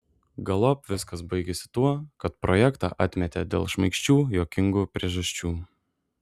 galop viskas baigėsi tuo kad projektą atmetė dėl šmaikščių juokingų priežasčių